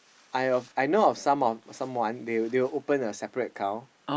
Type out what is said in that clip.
I of I know of some of someone they will they will open a separate account